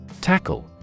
Tackle